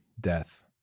death